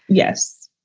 yes.